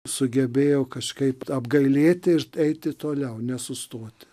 sugebėjo kažkaip apgailėti ir eiti toliau nesustoti